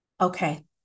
Okay